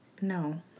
No